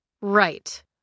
Right